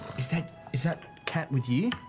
is that is that cat with you?